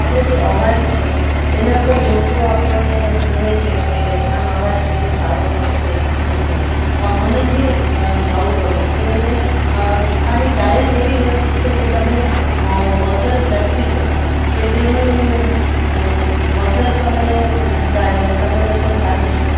આપણો જે અવાજ છે એના પર લોકો આપણને જૂએ છે કે આનો અવાજ કેટલો સારો છે કે સું છે મને જે ગાવું ગમે છે અને ખાલી ગાયન એવી વસ્તુ છે કે તમે વગર પ્રેક્ટિસે કે તેનું વગર તમે ગાયે તમે લોકો સારી